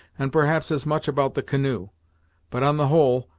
and perhaps as much about the canoe but, on the whole,